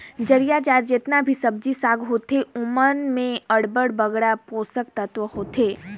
जरियादार जेतना भी सब्जी साग होथे ओमन में अब्बड़ बगरा पोसक तत्व होथे